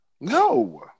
No